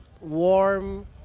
warm